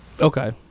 Okay